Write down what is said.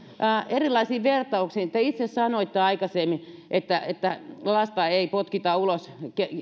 erilaisiin vertauksiin te itse sanoitte aikaisemmin että että lasta ei potkita ulos